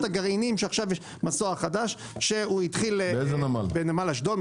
הגרעינים שעכשיו יש מסוע חדש שהתחיל בנמל אשדוד,